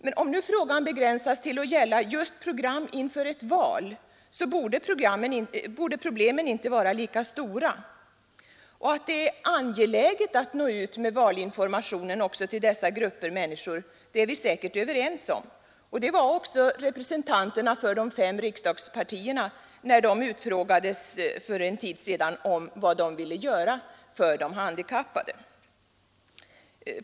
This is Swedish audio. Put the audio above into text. Men om nu frågan begränsas till att gälla just program inför ett val borde problemen inte vara lika stora. Det är angeläget att nå ut med valinformationen också till dessa grupper människor, det är vi säkert överens om. Det var även representanterna för de fem riksdagspartierna när de utfrågades för en tid sedan om vad man ville göra för de handikappade.